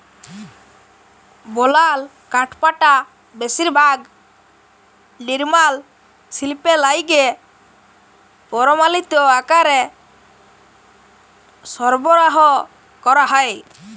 বলাল কাঠপাটা বেশিরভাগ লিরমাল শিল্পে লাইগে পরমালিত আকারে সরবরাহ ক্যরা হ্যয়